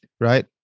right